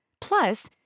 Plus